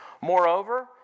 Moreover